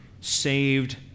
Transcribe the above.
saved